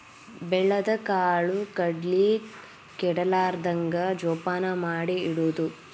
ಬೆಳದ ಕಾಳು ಕಡಿ ಕೆಡಲಾರ್ದಂಗ ಜೋಪಾನ ಮಾಡಿ ಇಡುದು